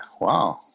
Wow